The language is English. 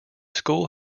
school